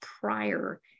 prior